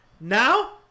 Now